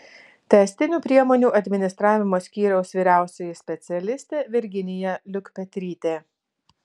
tęstinių priemonių administravimo skyriaus vyriausioji specialistė virginija liukpetrytė